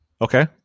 Okay